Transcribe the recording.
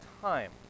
time